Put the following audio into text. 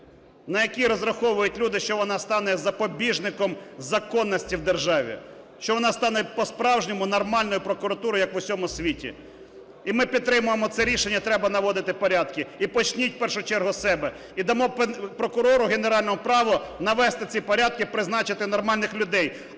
…на який розраховують люди, що вона стане запобіжником законності в державі, що вона стане по-справжньому нормальною прокуратурою як в усьому світі. І ми підтримуємо ці рішення. Треба наводити порядки. І почніть в першу чергу з себе. І дамо прокурору генеральному право навести ці порядки, призначити нормальних людей.